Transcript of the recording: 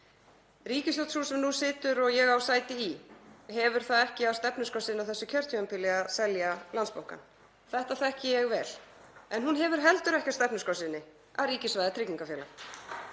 Ríkisstjórn sú er nú situr og ég á sæti í hefur það ekki á stefnuskrá sinni á þessu kjörtímabili að selja Landsbankann. Þetta þekki ég vel. En hún hefur heldur ekki á stefnuskrá sinni að ríkisvæða tryggingafélag.